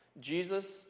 Jesus